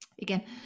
again